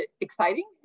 exciting